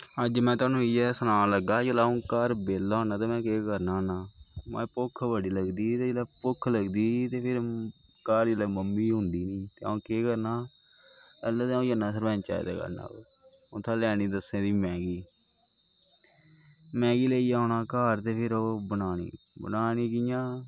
अज्ज में तोआनू इयै सनान लग्गा जिल्लै अ'ऊं घर बेह्ला होन्ना ते में केह् करना होन्ना माए भुक्ख बड़ी लगदी ते जिसलै भुक्ख लगदी ते फिर घर जेल्लै मम्मी होंदी निं ते अ'ऊं केह् करना पैह्लें ते अ'ऊं जन्ना सरपैंचै दी दकाना पर उत्थां लैनी दस्सें दी मैगी मैगी लेइयै औना घर ते फिर ओह् बनानी बनानी कि'यां